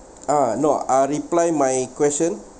uh no uh reply my question